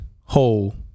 whole